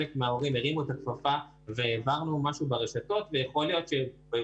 להעביר את כל התחום הזה למשרד החינוך כדי שפדגוגיה